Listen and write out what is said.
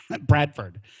Bradford